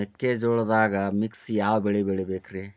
ಮೆಕ್ಕಿಜೋಳದಾಗಾ ಮಿಕ್ಸ್ ಯಾವ ಬೆಳಿ ಹಾಕಬೇಕ್ರಿ?